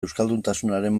euskalduntasunaren